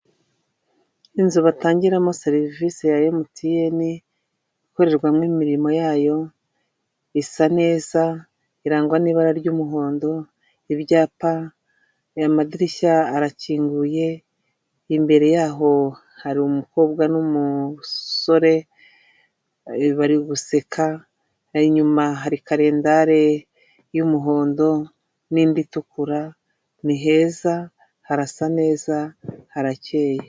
Inzu batangiramo serivisi ya emutiyeni ikorerwamo imirimo yayo isa neza irangwa n'ibara ry'umuhondo, ibyapa aya madirishya arakinguye imbere yaho hari umukobwa numusore bari guseka, hanyuma inyuma hari kalendale y'umuhondo n'indi itukura ni heza harasa neza harakeye.